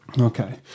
Okay